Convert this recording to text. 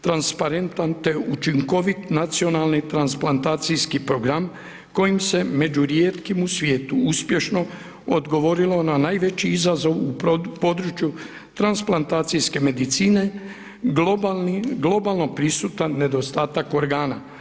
transparentan, te učinkovit nacionalni transplantacijski program kojim se među rijetkim u svijetu uspješno odgovorilo na najveći izazov u području transplantacijske medicine, globalno prisutan nedostatak organa.